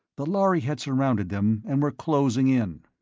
the lhari had surrounded them and were closing in.